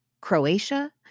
Croatia